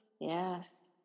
Yes